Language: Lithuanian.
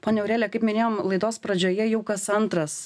ponia aurelia kaip minėjom laidos pradžioje jau kas antras